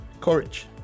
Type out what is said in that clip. courage